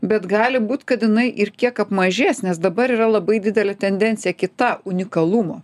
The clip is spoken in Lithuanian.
bet gali būt kad jinai ir kiek apmažės nes dabar yra labai didelė tendencija kita unikalumo